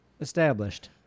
established